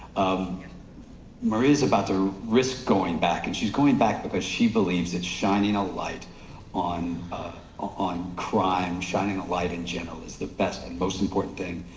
um maria is about to risk going back, and she's going back because she believes that shining a light on on crime, shining a light in general, is the best and most important thing,